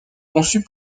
conçue